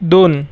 दोन